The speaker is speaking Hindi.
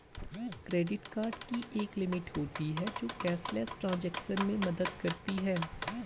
क्रेडिट कार्ड की एक लिमिट होती है जो कैशलेस ट्रांज़ैक्शन में मदद करती है